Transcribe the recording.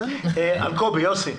אלקובי יוסי.